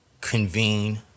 convene